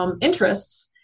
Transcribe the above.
interests